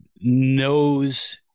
knows